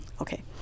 okay